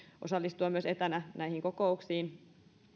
osallistua myös etänä näihin kokouksiin